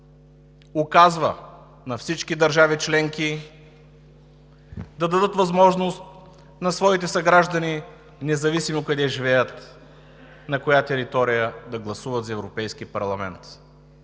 указва на всички държави членки да дадат възможност на своите граждани, независимо къде живеят, на коя територия, да гласуват за Европейски парламент.